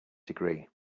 degree